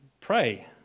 Pray